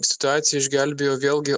situaciją išgelbėjo vėlgi